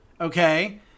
Okay